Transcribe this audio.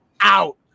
out